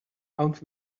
out